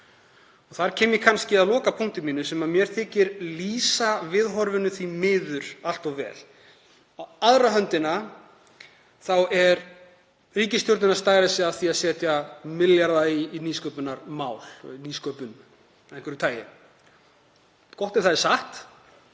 Þar kem ég að lokapunkti mínum sem mér þykir lýsa viðhorfinu því miður allt of vel. Í aðra röndina stærir ríkisstjórnin sig af því að setja milljarða í nýsköpunarmál, nýsköpun af einhverju tagi, gott ef það er satt